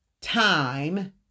time